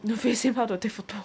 don't face him how to take photo